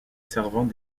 servant